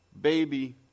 baby